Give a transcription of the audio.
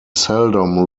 seldom